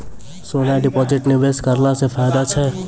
सोना deposit निवेश करला से फैदा छै?